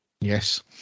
Yes